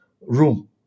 room